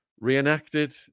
reenacted